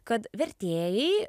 kad vertėjai